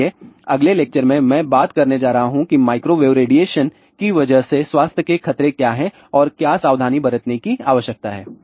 इसलिए अगले लेक्चर में मैं बात करने जा रहा हूं कि माइक्रोवेव रेडिएशन की वजह से स्वास्थ्य के खतरे क्या हैं और क्या सावधानी बरतने की आवश्यकता है